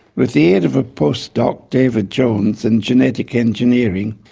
with the aid of a postdoc david jones and genetic engineering,